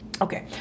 Okay